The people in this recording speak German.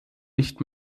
nicht